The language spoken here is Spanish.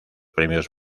premios